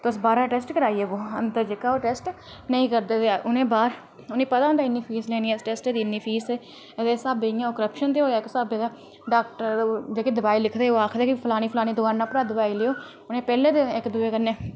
तुस बाहरा टैस्ट कराई आवेओ अंदर जेह्का ओह् टेस्ट नेईं करदे उ'नेंगी पता की बाह्र उस टेस्ट दी इन्नी फीस लैनी ते इक्क स्हाबै दा ओह् करप्शन गै इक्क स्हाबै दा ते दवाई जेह्की डाक्टर लिखदे ओह् आखदे फलानी फलानी दकानें परा दवाई लैओ उनें पैह्लें इक्क दूए कन्नै